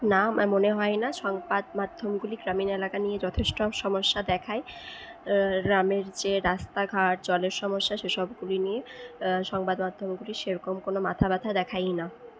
না আমার মনে হয় না সংবাদ মাধ্যমগুলি গ্রামীণ এলাকা নিয়ে যথেষ্ট সমস্যা দেখায় গ্রামের যে রাস্তাঘাট জলের সমস্যা সেসবগুলি নিয়ে সংবাদ মাধ্যমগুলি সেরকম কোনো মাথাব্যাথা দেখায়ই না